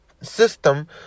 system